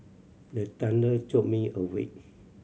the thunder jolt me awake